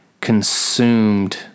consumed